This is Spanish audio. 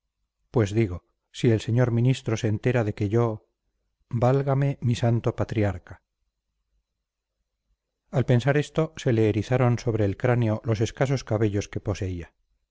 pues digo si el señor ministro se entera de que yo válgame mi santo patriarca al pensar esto se le erizaron sobre el cráneo los escasos cabellos que poseía